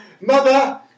Mother